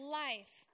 life